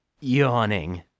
yawning